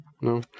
no